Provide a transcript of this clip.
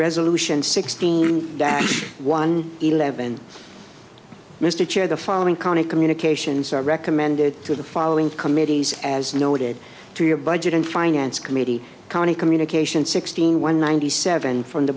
resolution sixteen that one eleven mr chair the following conic communications are recommended to the following committees as noted to your budget and finance committee county communication sixteen one ninety seven from the